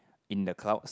in the clouds